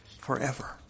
forever